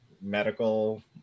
medical